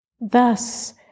Thus